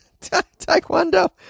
Taekwondo